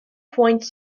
points